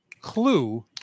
clue